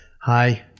Hi